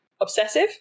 obsessive